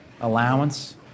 allowance